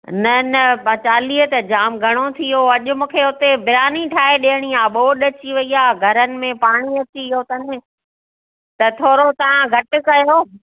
न न पाण चालीह त जाम घणो थी वियो अॼु मूंखे हुते बिरयानी ठाहे ॾियणी आहे ॿोॾि अची वई आहे घरनि में पाणी अची वियो अथनि त थोरो तव्हां घटि कयो